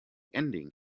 ending